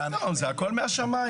מה פתאום, זה הכול מהשמים.